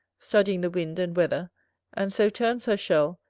studying the wind and weather and so turns her shell,